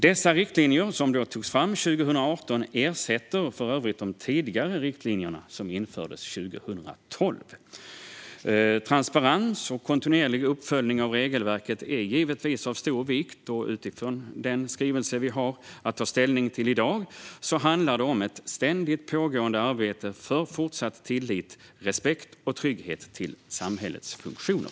Dessa riktlinjer, som togs fram 2018, ersätter för övrigt de tidigare riktlinjer som infördes 2012. Transparens och kontinuerlig uppföljning av regelverket är givetvis av stor vikt, och utifrån den skrivelse vi i dag har att ta ställning till handlar det om ett ständigt pågående arbete för fortsatt tillit till, respekt för och trygghet med samhällets funktioner.